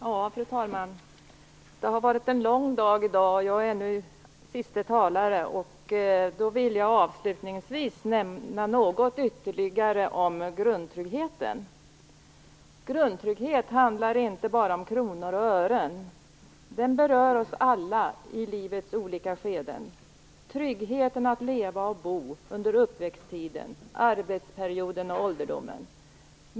Fru talman! Det har varit en lång dag. Jag är nu sista talare. Jag vill avslutningsvis nämna något ytterligare om grundtryggheten. Grundtrygghet handlar inte bara om kronor och ören. Den berör oss alla i livets olika skeden. Tryggheten att leva och bo under uppväxttiden, arbetsperioden och ålderdomen.